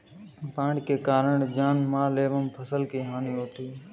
बाढ़ के कारण जानमाल एवं फसल की हानि होती है